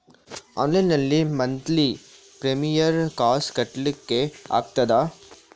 Online ನಲ್ಲಿ monthly premier ಕಾಸ್ ಕಟ್ಲಿಕ್ಕೆ ಆಗ್ತದಾ?